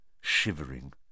shivering